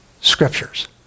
scriptures